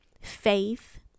faith